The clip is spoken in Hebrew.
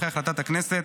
אחרי החלטת הכנסת,